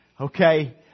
Okay